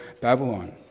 Babylon